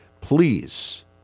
Please